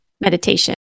meditation